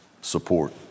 support